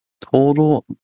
Total